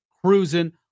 cruising